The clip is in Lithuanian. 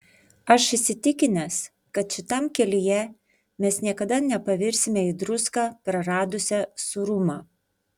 aš įsitikinęs kad šitam kelyje mes niekada nepavirsime į druską praradusią sūrumą